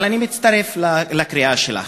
אבל אני מצטרף לקריאה שלך.